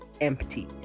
empty